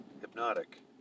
hypnotic